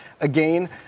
again